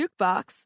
Jukebox